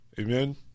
Amen